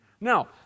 Now